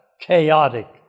chaotic